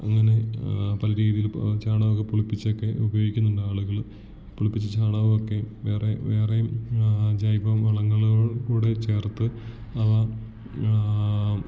അങ്ങനെ പല രീതീൽ ചാണകമൊക്കെ പുളിപ്പിച്ചൊക്കെ ഉപയോഗിക്കുന്നുണ്ടാളുകൾ പുളിപ്പിച്ച ചാണകമൊക്കെ വേറെ വേറെയും ജൈവവളങ്ങളോട് കൂടെ ചേർത്ത് അവ